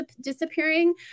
disappearing